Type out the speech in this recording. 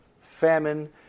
famine